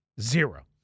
Zero